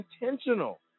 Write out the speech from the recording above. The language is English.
intentional